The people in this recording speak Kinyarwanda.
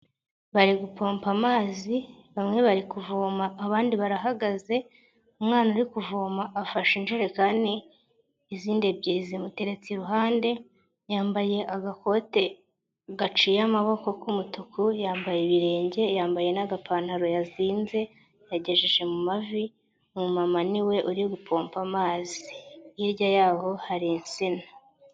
Bari gupompa amazi bamwe bari kuvoma abandi barahagaze umwana uri kuvoma afashe ijerekani izindi ebyiri zimuteretse iruhande yambaye agakote gaciye amaboko k'umutuku yambaye ibirenge yambaye n'agapantaro yazinze yagejeje mu mavi mu umuma niwe uri gupomba amazi hirya y'aho hari insina.